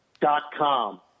dot-com